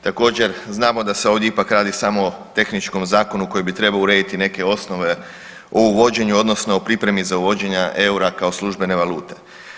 Također znamo da se ipak ovdje radi samo o tehničkom zakonu koji bi trebao urediti nekakve osnove o uvođenju odnosno o pripremi za uvođenje EUR-a kao službene valute.